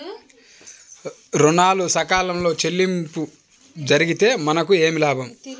ఋణాలు సకాలంలో చెల్లింపు జరిగితే మనకు ఏమి లాభం?